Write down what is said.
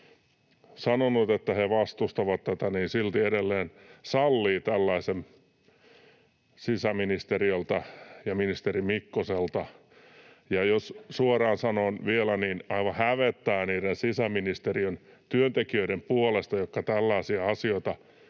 sanonut, että he vastustavat tätä, silti edelleen sallii tällaisen sisäministeriöltä ja ministeri Mikkoselta. Jos suoraan sanon vielä, niin aivan hävettää niiden sisäministeriön työntekijöiden puolesta, jotka tällaisia asioita